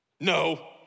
No